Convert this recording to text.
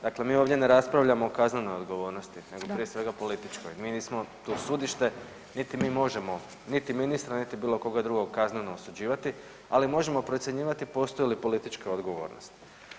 Dakle, mi ovdje ne raspravljamo o kaznenoj odgovornosti nego prije svega političkoj, mi nismo tu sudište, niti mi možemo niti ministra niti bilo koga drugog kazneno osuđivat, ali možemo procjenjivati postoji li političke odgovornosti.